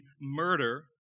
murder